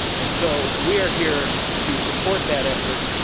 and so, we are here to support that effort,